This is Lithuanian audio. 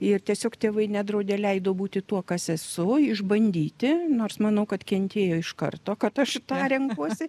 ir tiesiog tėvai nedraudė leido būti tuo kas esu išbandyti nors manau kad kentėjo iš karto kad aš tą renkuosi